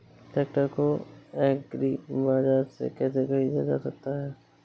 Tractor को agri बाजार से कैसे ख़रीदा जा सकता हैं?